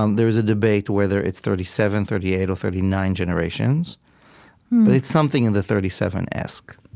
um there is a debate whether it's thirty seven, thirty eight, or thirty nine generations. but it's something in the thirty seven esque